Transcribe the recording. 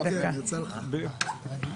לשנות את שעת פתיחת המליאה ביום שני בשבוע הבא.